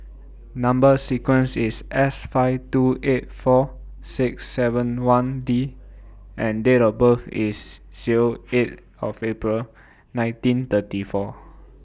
Number sequence IS S five two eight four six seven one D and Date of birth IS Zero eight of April nineteen thirty four